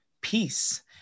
peace